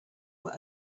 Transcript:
were